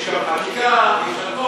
יש גם חקיקה, יש הכול.